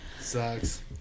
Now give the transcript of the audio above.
Sucks